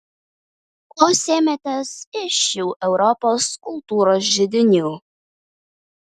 ko sėmėtės iš šių europos kultūros židinių